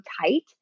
tight